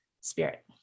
spirit